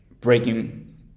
breaking